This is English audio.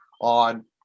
on